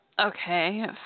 Okay